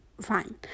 fine